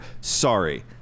sorry